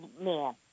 man